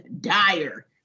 dire